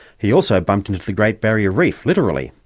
he also bumped into the great barrier reef, literally,